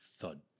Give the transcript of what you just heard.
thud